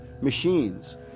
machines